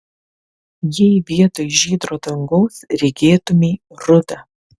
jei vietoj žydro dangaus regėtumei rudą